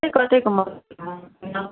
की करतै उम्हर आ लड़तै